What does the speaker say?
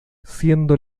siendo